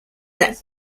that